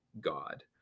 God